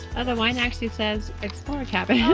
the wine actually says explorer cabin. oh